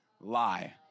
lie